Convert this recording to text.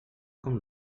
com